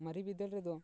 ᱢᱟᱨᱮ ᱵᱤᱫᱟᱹᱞ ᱨᱮᱫᱚ